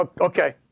Okay